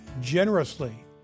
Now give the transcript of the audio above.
generously